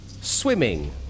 swimming